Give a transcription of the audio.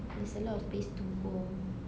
there's a lot of place to go